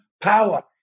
power